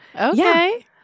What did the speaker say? Okay